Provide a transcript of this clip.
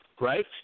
right